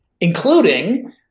including